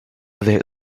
there